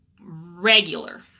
Regular